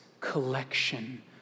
collection